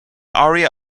aria